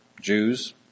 Jews